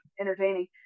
entertaining